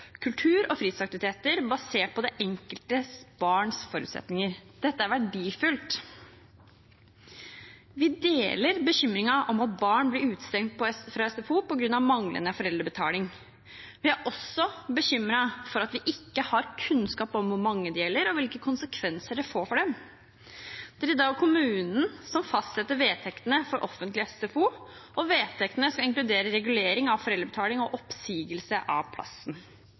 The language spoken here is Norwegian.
kultur- og fritidsaktiviteter, basert på det enkelte barns forutsetninger. Dette er verdifullt. Vi deler bekymringen for at barn blir utestengt fra SFO på grunn av manglende foreldrebetaling. Vi er også bekymret for at vi ikke har kunnskap om hvor mange det gjelder, og hvilke konsekvenser det får for dem. Det er i dag kommunen som fastsetter vedtektene for offentlig SFO, og vedtektene skal inkludere regulering av foreldrebetaling og oppsigelse av plassen.